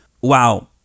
Wow